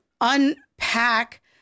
unpack